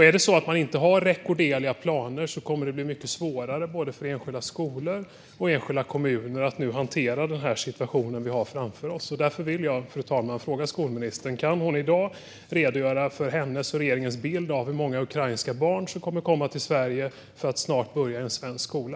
Är det så att man inte har rekorderliga planer kommer det att bli mycket svårare för både enskilda skolor och enskilda kommuner att hantera situationen vi har framför oss. Därför vill jag fråga skolministern om hon i dag kan redogöra för sin och regeringens bild av hur många ukrainska barn som kommer att komma till Sverige för att snart börja i svensk skola.